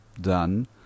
done